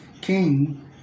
king